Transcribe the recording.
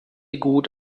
gut